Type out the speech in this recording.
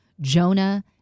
Jonah